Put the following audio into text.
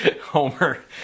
homer